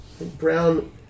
Brown